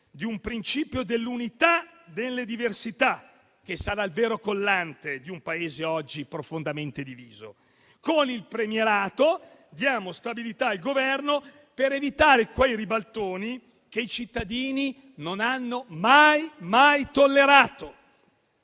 di un principio dell'unità delle diversità, che sarà il vero collante di un Paese oggi profondamente diviso. Con il premierato diamo stabilità al Governo per evitare quei ribaltoni che i cittadini non hanno mai tollerato.